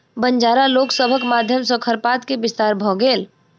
बंजारा लोक सभक माध्यम सॅ खरपात के विस्तार भ गेल